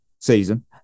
season